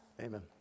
Amen